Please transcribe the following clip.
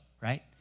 right